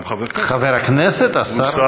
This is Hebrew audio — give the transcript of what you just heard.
השר